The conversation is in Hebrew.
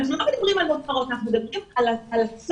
אנחנו לא מדברים על מותרות,